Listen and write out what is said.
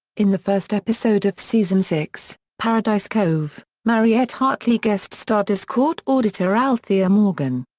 in the first episode of season six, paradise cove, mariette hartley guest-starred as court auditor althea morgan.